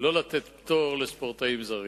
לא לתת פטור לספורטאים זרים.